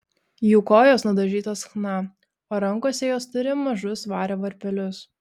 jų kojos nudažytos chna o rankose jos turi mažus vario varpelius